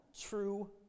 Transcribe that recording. true